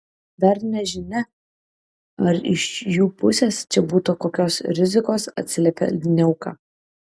dar nežinia ar iš jų pusės čia būta kokios rizikos atsiliepė niauka